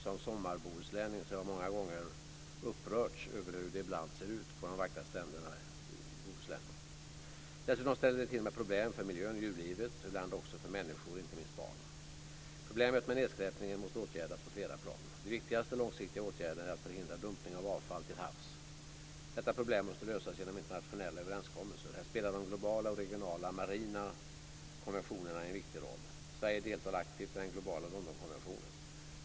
Som sommarbohuslänning har jag många gånger upprörts över hur det ibland kan se ut på de vackra stränderna i Bohuslän. Dessutom ställer det till med problem för miljön och djurlivet och ibland också för människor, inte minst barn. Problemet med nedskräpningen måste åtgärdas på flera plan. Den viktigaste långsiktiga åtgärden är att förhindra dumpning av avfall till havs. Detta problem måste lösas genom internationella överenskommelser. Här spelar de globala och regionala marina konventionerna en viktig roll. Sverige deltar aktivt i den globala Londonkonventionen.